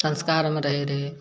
संस्कारमे रहै रहए